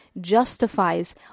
justifies